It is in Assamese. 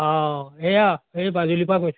অঁ এইয়া এই মাজুলীপা কৈছে